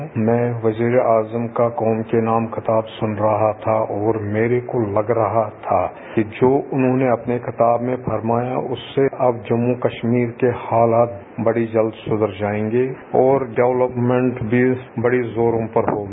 कल रात को मैं वजीरे आजम का कौम के नाम खिताब सुन रहा था और मेरे को लग रहा था कि जो उन्होंने अपने खिताब में फरमाया उससे अब जम्मू कस्मीर के हालात बड़ी जल्द सुधर जाएंगे और डेवल्पमेंट भी बड़ी जोरों पर होगी